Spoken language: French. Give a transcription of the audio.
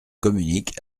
communique